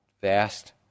vast